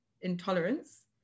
intolerance